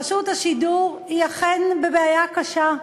רשות השידור אכן בבעיה קשה.